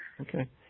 Okay